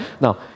now